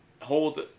hold